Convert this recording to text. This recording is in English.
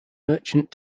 merchant